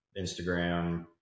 Instagram